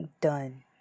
done